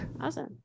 Awesome